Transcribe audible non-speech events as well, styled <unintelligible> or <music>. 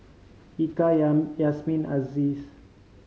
Eka <unintelligible> Yasmin Aziz